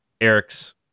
Eric's